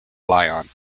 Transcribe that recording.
lyon